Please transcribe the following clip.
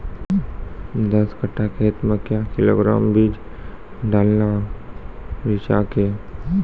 दस कट्ठा खेत मे क्या किलोग्राम बीज डालने रिचा के?